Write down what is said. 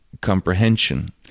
comprehension